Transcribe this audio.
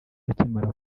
akimara